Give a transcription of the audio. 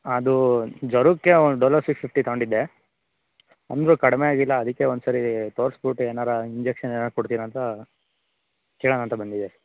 ಅದು ಜ್ವರಕ್ಕೆ ಒಂದು ಡೋಲೋ ಸಿಕ್ಸ್ ಫಿಫ್ಟಿ ತೊಗೊಂಡಿದ್ದೆ ಅಂದರೂ ಕಡಿಮೆ ಆಗಿಲ್ಲ ಅದಕ್ಕೆ ಒಂದ್ಸರಿ ತೋರಿಸಿಬಿಟ್ಟು ಏನಾದ್ರು ಇಂಜೆಕ್ಷನ್ ಏನಾದ್ರು ಕೊಡ್ತೀರಾ ಅಂತ ಕೇಳೋಣ ಅಂತ ಬಂದಿದ್ದೆ